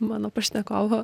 mano pašnekovu